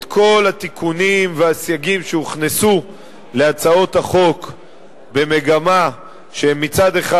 את כל התיקונים והסייגים שהוכנסו להצעות החוק במגמה שמצד אחד,